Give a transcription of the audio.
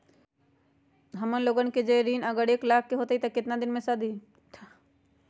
हमन लोगन के जे ऋन अगर एक लाख के होई त केतना दिन मे सधी?